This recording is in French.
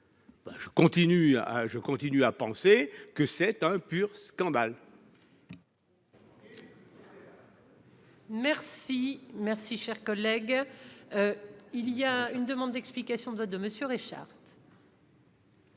Je persiste à penser que c'est un pur scandale